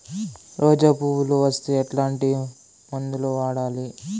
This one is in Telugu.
రోజా పువ్వులు వస్తే ఎట్లాంటి మందులు వాడాలి?